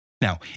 Now